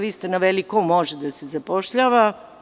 Vi ste naveli ko može da se zapošljava.